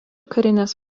karinės